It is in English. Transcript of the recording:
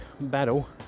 battle